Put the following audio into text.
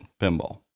Pinball